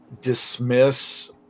dismiss